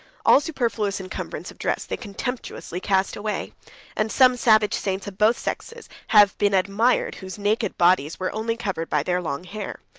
all superfluous encumbrance of dress they contemptuously cast away and some savage saints of both sexes have been admired, whose naked bodies were only covered by their long hair.